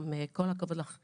גם כל הכבוד לך,